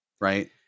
right